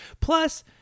Plus